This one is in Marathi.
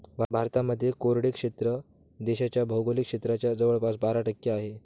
भारतामध्ये कोरडे क्षेत्र देशाच्या भौगोलिक क्षेत्राच्या जवळपास बारा टक्के आहे